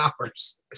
hours